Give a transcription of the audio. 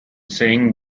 saying